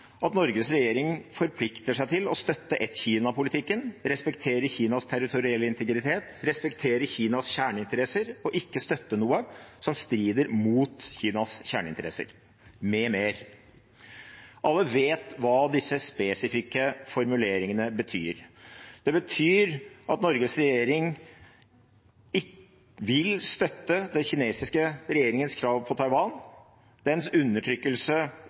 at Norges regjering forplikter seg til å støtte ett-Kina-politikken, respektere Kinas territorielle integritet, respektere Kinas kjerneinteresser og ikke støtte noe som strider mot Kinas kjerneinteresser, m.m. Alle vet hva disse spesifikke formuleringene betyr. Det betyr at Norges regjering vil støtte den kinesiske regjeringens krav på Taiwan, dens undertrykkelse